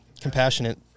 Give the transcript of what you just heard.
compassionate